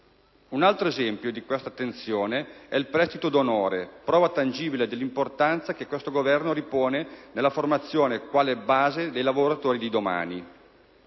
Un altro esempio di questa attenzione è il prestito d'onore, prova tangibile dell'importanza che questo Governo ripone nella formazione quale base dei lavoratori di domani.